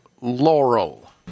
Laurel